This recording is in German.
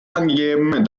angegeben